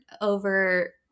over